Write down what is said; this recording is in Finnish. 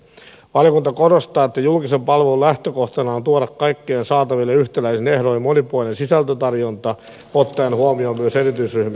valiokunta korostaa että julkisen palvelun lähtökohtana on tuoda kaikkien saataville yhtäläisin ehdoin monipuolinen sisältötarjonta ottaen huomioon myös erityisryhmien tarpeet